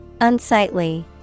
Unsightly